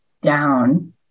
down